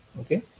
okay